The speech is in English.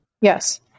Yes